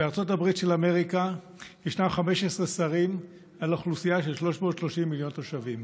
בארצות הברית של אמריקה יש 15 שרים על אוכלוסייה של 330 מיליון תושבים,